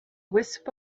wisp